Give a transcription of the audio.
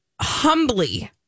humbly